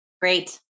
Great